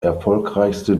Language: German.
erfolgreichste